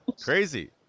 crazy